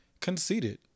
Conceited